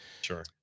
sure